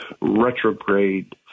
retrograde